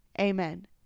amen